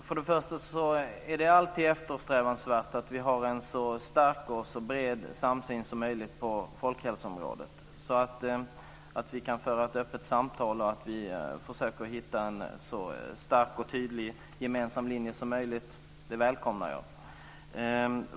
Fru talman! Först och främst är det alltid eftersträvansvärt att vi har en så stark och så bred samsyn som möjligt på folkhälsoområdet, att vi kan föra ett öppet samtal och att vi försöker hitta en så stark och tydlig gemensam linje som möjligt. Det välkomnar jag.